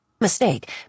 Mistake